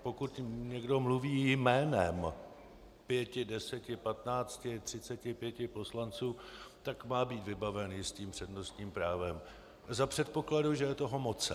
Pokud někdo mluví jménem pěti, deseti, patnácti, třiceti pěti poslanců, tak má být vybaven jistým přednostním právem za předpokladu, že je toho mocen.